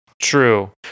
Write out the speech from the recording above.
True